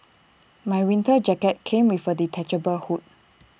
my winter jacket came with A detachable hood